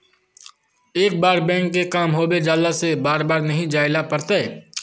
एक बार बैंक के काम होबे जाला से बार बार नहीं जाइले पड़ता?